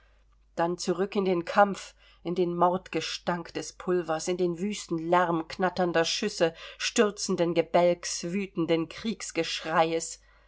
dann zurück in den kampf in den mordgestank des pulvers in den wüsten lärm knatternder schüsse stürzenden gebälks wütenden kriegsgeschreies